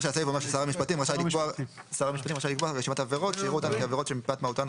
שר המשפטים רשאי לקבוע רשימת עבירות שיראו אותן כעבירות שמפאת מהותן,